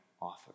author